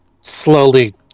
slowly